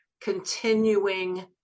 continuing